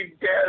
dead